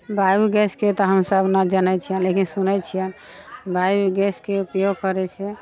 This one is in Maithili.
बायोगैसके तऽ हमसभ नहि जनैत छियै लेकिन सुनैत छियै बायोगैसके उपयोग करैत छै